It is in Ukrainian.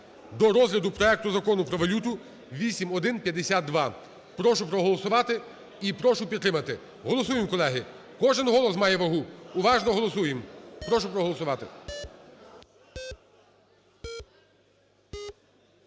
до розгляду проекту Закону про валюту (8152). Прошу проголосувати і прошу підтримати. Голосуємо, колеги, кожен голос має вагу, уважно голосуємо, прошу проголосувати.